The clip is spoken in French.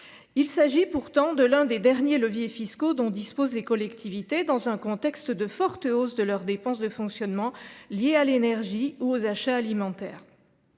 Il s’agit pourtant de l’un des derniers leviers fiscaux dont disposent les collectivités, dans un contexte de forte hausse de leurs dépenses de fonctionnement liées à l’énergie ou aux achats alimentaires.